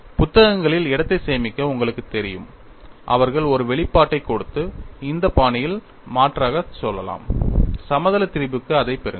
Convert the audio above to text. புத்தகங்களில் இடத்தை சேமிக்க உங்களுக்குத் தெரியும் அவர்கள் ஒரு வெளிப்பாட்டைக் கொடுத்து இந்த பாணியில் மாற்றாகச் சொல்லலாம் சமதள திரிபுற்கு அதைப் பெறுங்கள்